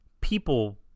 People